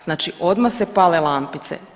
Znači odmah se pale lampice.